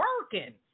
working